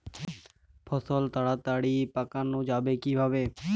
ফসল তাড়াতাড়ি পাকানো যাবে কিভাবে?